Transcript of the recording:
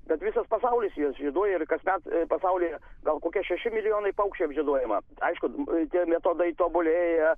bet visas pasaulis juos žieduoja ir kasmet pasaulyje gal kokie šeši milijonai paukščių apžieduojama aišku tie metodai tobulėja